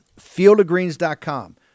Fieldofgreens.com